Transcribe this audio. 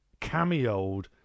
cameoed